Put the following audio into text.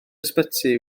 ysbyty